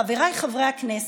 חבריי חברי הכנסת,